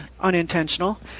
unintentional